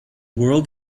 world